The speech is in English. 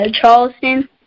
Charleston